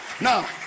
Now